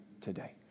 today